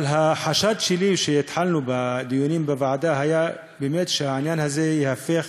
אבל החשד שלי כשהתחלנו בדיונים בוועדה היה באמת שהעניין הזה ייהפך